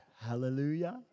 Hallelujah